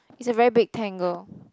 it's a very big tangle